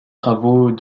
travaux